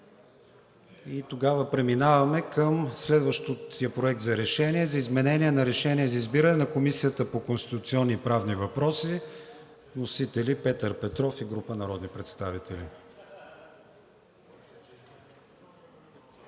Тогава преминаваме към следващия Проект на решение за изменение на решение за избиране на Комисията по конституционни и правни въпроси. Вносители са Петър Петров и група народни представители.